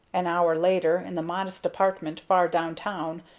an hour later, in the modest apartment far downtown,